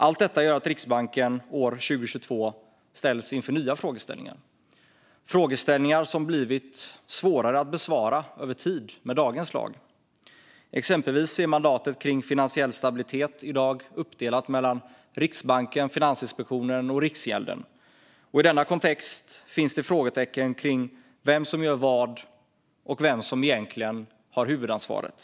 Allt detta gör att Riksbanken år 2022 ställs inför nya frågeställningar - frågeställningar som över tid har blivit svårare att besvara med dagens lag. Exempelvis är mandatet kring finansiell stabilitet i dag uppdelat mellan Riksbanken, Finansinspektionen och Riksgälden, och i denna kontext finns det frågetecken kring vem som gör vad och vem som egentligen har huvudansvaret.